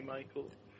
Michael